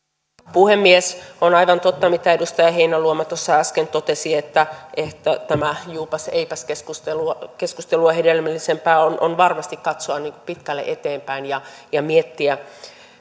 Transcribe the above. puhemies on aivan totta mitä edustaja heinäluoma tuossa äsken totesi että tätä juupas eipäs keskustelua keskustelua hedelmällisempää on varmasti katsoa pitkälle eteenpäin ja ja miettiä